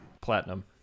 Platinum